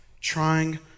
trying